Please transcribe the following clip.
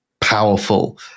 powerful